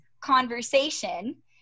conversation